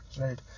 Right